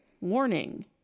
warning